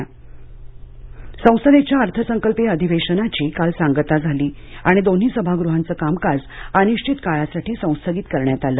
संसद अर्थसंकल्पीय अधिवेशन संसदेच्या अर्थसंकल्पीय अधिवेशनाची काल सांगता झाली आणि दोन्ही सभागृहांचं कामकाज अनिश्चित काळासाठी संस्थगित करण्यात आलं